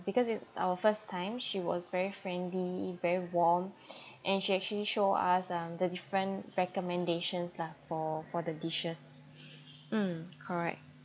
because it's our first time she was very friendly very warm and she actually show us um the different recommendations lah for for the dishes mm correct